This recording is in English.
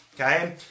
Okay